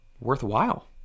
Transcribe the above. worthwhile